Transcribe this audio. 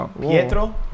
Pietro